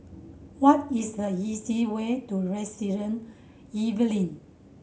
what is the easiest way to Resident Evelyn